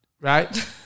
Right